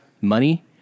money